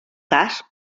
cas